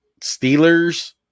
Steelers